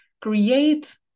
Create